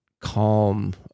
calm